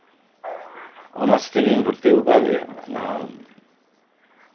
honours ᱨᱮᱜᱤᱧ ᱵᱷᱚᱨᱛᱤ ᱟᱠᱟᱫᱮᱭᱟ ᱚᱱᱟ